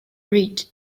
read